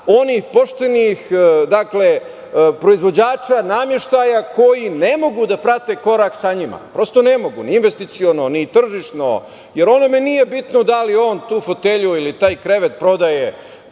onih poštenih proizvođača nameštaja koji ne mogu da prate korak sa njima, prosto ne mogu, ni investiciono, ni tržišno. Jer, onome nije bitno da li on tu fotelju ili taj krevet prodaje